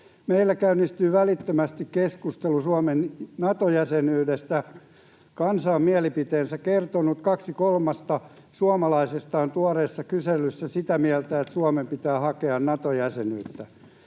Meillä käynnistyi välittömästi keskustelu Suomen Nato-jäsenyydestä. Kansa on mielipiteensä kertonut: kaksi kolmesta suomalaisesta on tuoreessa kyselyssä sitä mieltä, että Suomen pitää hakea Nato-jäsenyyttä.